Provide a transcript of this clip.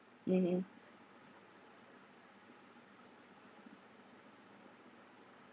mmhmm